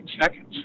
seconds